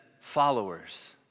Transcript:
followers